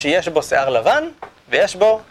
שיש בו שיער לבן, ויש בו...